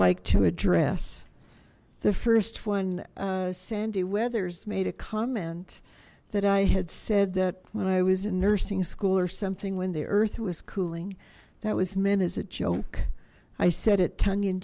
like to address the first one sandy weathers made a comment that i had said that when i was in nursing school or something when the earth was cooling that was meant as a joke i said it tongue in